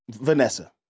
Vanessa